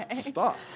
Stop